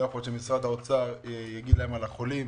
לא יכול להיות שמשרד האוצר יגיד לחולים